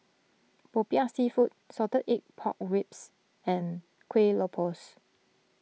Popiah Seafood Salted Egg Pork Ribs and Kueh Lopes